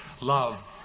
love